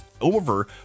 over